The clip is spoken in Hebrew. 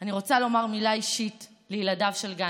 אני רוצה לומר מילה אישית לילדיו של גנדי.